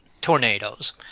tornadoes